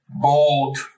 bold